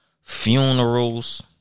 funerals